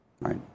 right